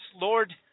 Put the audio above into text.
Lord